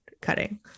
cutting